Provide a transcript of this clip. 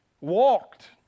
walked